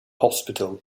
hospital